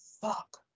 fuck